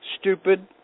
stupid